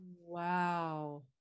Wow